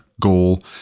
goal